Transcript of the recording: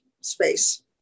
space